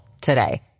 today